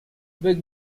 big